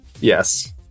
Yes